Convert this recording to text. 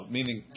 Meaning